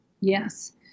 Yes